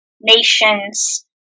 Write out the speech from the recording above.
nations